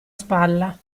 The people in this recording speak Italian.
spalla